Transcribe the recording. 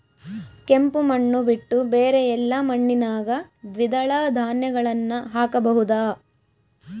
ಕೆಂಪು ಮಣ್ಣು ಬಿಟ್ಟು ಬೇರೆ ಎಲ್ಲಾ ಮಣ್ಣಿನಾಗ ದ್ವಿದಳ ಧಾನ್ಯಗಳನ್ನ ಹಾಕಬಹುದಾ?